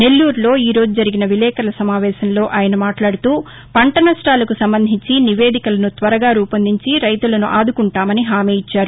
నెల్లూరులో ఈ రోజు జరిగిన విలేకరుల సమావేశంలో ఆయన మాట్లాడుతూ పంట సష్టాలకు సంబంధించి నివేదికలను త్వరగా రూపొందించి రైతులను ఆదుకుంటామని హామీ ఇచ్చారు